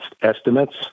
estimates